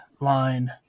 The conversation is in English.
line